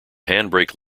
handbrake